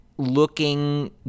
looking